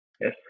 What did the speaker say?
Yes